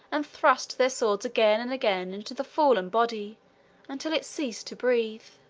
and thrust their swords again and again into the fallen body until it ceased to breathe.